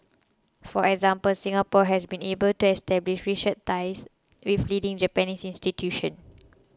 for example Singapore has been able to establish research ties with leading Japanese institutions